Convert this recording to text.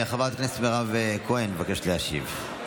חברת הכנסת מירב כהן מבקשת להשיב.